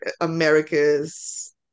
America's